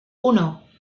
uno